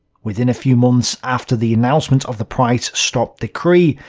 within a few months after the announcement of the price stop decree,